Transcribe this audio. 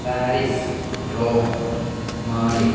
Paris Rome Mali